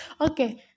Okay